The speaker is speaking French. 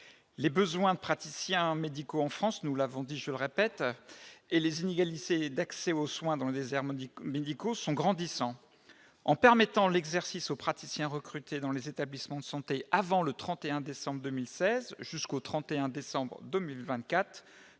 les besoins praticiens médicaux en France, nous l'avons dit je le répète et les inégalités d'accès aux soins dans les déserts médicaux, médicaux sont grandissants, en permettant l'exercice aux praticiens recrutés dans les établissements de santé avant le 31 décembre 2016 jusqu'au 31 décembre 2024